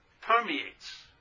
permeates